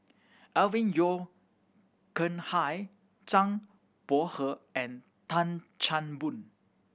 Alvin Yeo Khirn Hai Zhang Bohe and Tan Chan Boon